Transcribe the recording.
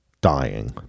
dying